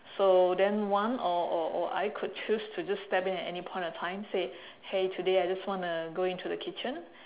so then one or or or I could choose to just step in at any point of time say !hey! today I just want to go into the kitchen